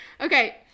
Okay